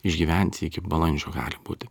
išgyventi iki balandžio gali būti